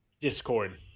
Discord